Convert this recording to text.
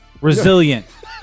Resilient